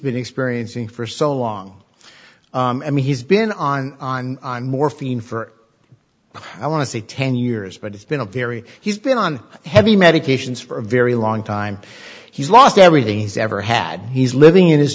been experiencing for so long i mean he's been on on on morphine for i want to say ten years but it's been a very he's been on heavy medications for a very long time he's lost everything he's ever had he's living in his